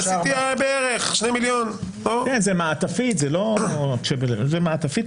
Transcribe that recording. עשיתי בערך 2,000,000. זה מעטפית מיוחדת.